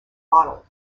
bottle